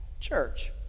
church